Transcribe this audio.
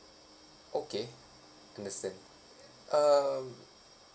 okay understand um